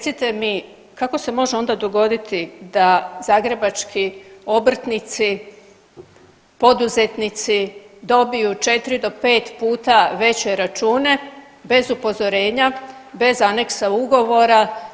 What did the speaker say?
Kako se može onda dogoditi da zagrebački obrtnici, poduzetnici dobiju četiri do pet puta veće račune bez upozorenja, bez aneksa ugovora.